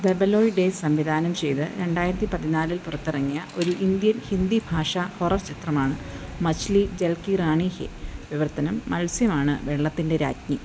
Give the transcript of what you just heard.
ദെബലോയ് ഡേ സംവിധാനം ചെയ്ത് രണ്ടായിരത്തി പതിനാലിൽ പുറത്തിറങ്ങിയ ഒരു ഇന്ത്യൻ ഹിന്ദി ഭാഷാ ഹൊറർ ചിത്രമാണ് മച്ച്ലി ജൽ കി റാണി ഹേ വിവർത്തനം മത്സ്യമാണ് വെള്ളത്തിന്റെ രാജ്ഞി